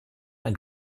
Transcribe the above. ein